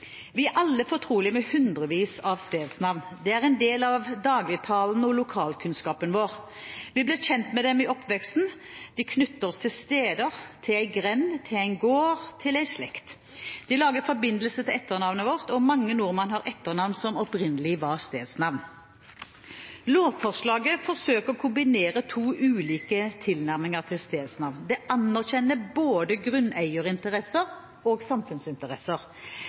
Vi er alle fortrolige med hundrevis av stedsnavn. De er en del av dagligtalen og lokalkunnskapen vår. Vi blir kjent med dem i oppveksten. De knytter oss til steder, til en grend, til en gård, til en slekt. De lager forbindelser til etternavnet vårt. Mange nordmenn har etternavn som opprinnelig var stedsnavn. Lovforslaget forsøker å kombinere to ulike tilnærminger til stedsnavn. Det anerkjenner både grunneierinteresser og samfunnsinteresser.